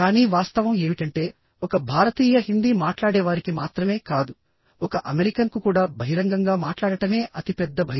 కానీ వాస్తవం ఏమిటంటే ఒక భారతీయ హిందీ మాట్లాడేవారికి మాత్రమే కాదు ఒక అమెరికన్కు కూడా బహిరంగంగా మాట్లాడటమే అతిపెద్ద భయం